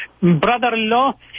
brother-in-law